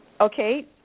Okay